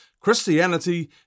Christianity